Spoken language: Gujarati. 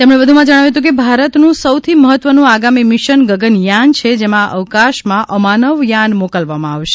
તેમણે જણાવ્યું હતું કે ભારતનું સૌથી મહત્વનું આગામી મિશન ગગન યાન છે જેમાં અવકાશમાં અમાનવ યાન મોકલવામાં આવશે